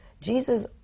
Jesus